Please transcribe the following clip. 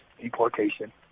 deportation